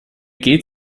geht